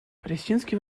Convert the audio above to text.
палестинский